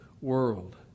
world